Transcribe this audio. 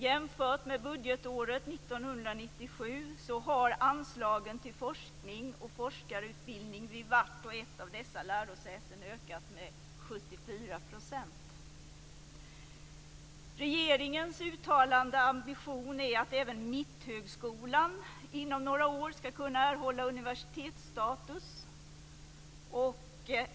Jämfört med budgetåret 1997 har anslagen till forskning och forskarutbildning vid vart och ett av dessa lärosäten ökat med 74 %. Regeringens uttalade ambition är att även Mitthögskolan inom några år skall kunna erhålla universitetsstatus.